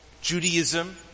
Judaism